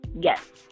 yes